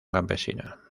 campesina